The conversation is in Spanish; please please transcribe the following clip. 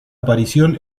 aparición